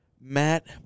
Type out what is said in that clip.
Matt